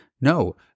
No